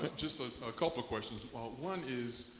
but just like a couple questions. one is,